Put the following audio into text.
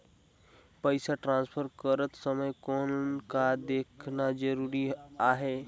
पइसा ट्रांसफर करत समय कौन का देखना ज़रूरी आहे?